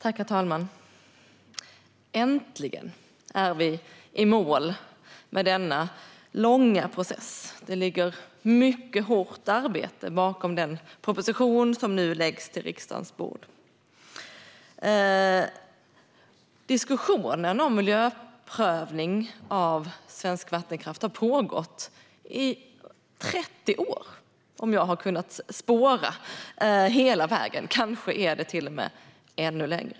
Herr talman! Äntligen är vi i mål efter denna långa process. Det ligger mycket hårt arbete bakom den proposition som nu ligger på riksdagens bord. Diskussionen om miljöprövning av svensk vattenkraft har pågått i 30 år, om jag har kunnat spåra hela vägen. Kanske är det till och med ännu längre.